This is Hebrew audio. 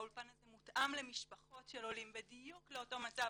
האולפן הזה מותאם למשפחות של עולים בדיוק באותו מצב,